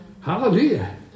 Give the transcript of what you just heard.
Hallelujah